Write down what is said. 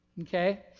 Okay